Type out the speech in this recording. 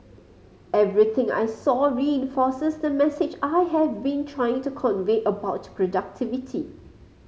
everything I saw reinforces the message I have been trying to convey about productivity